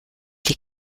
die